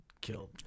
killed